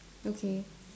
okay